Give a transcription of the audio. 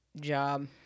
job